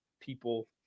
people